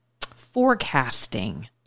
forecasting